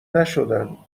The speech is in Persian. نشدن